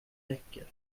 räcker